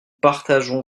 partageons